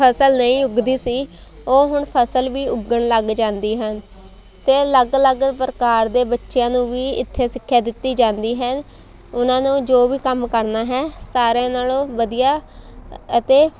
ਫਸਲ ਨਹੀਂ ਉੱਗਦੀ ਸੀ ਉਹ ਹੁਣ ਫਸਲ ਵੀ ਉੱਗਣ ਲੱਗ ਜਾਂਦੀ ਹਨ ਅਤੇ ਅਲੱਗ ਅਲੱਗ ਪ੍ਰਕਾਰ ਦੇ ਬੱਚਿਆਂ ਨੂੰ ਵੀ ਇੱਥੇ ਸਿੱਖਿਆ ਦਿੱਤੀ ਜਾਂਦੀ ਹੈ ਉਹਨਾਂ ਨੂੰ ਜੋ ਵੀ ਕੰਮ ਕਰਨਾ ਹੈ ਸਾਰਿਆਂ ਨਾਲੋਂ ਵਧੀਆ ਅਤੇ